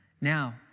Now